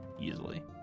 easily